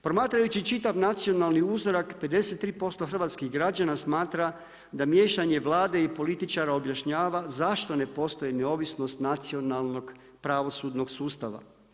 Promatrajući čitav nacionalni uzorak 53% hrvatskih građana smatra da miješanje Vlade i političara objašnjava zašto ne postoji neovisnost nacionalnog pravosudnog sustava.